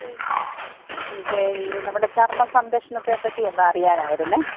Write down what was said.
എനിക്ക് ഈ നമ്മുടെ ചർമ സംരക്ഷണത്തെ പറ്റി ഒന്ന് അറിയാനായിരുന്നേ